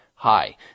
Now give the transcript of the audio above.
Hi